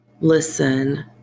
listen